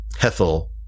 Hethel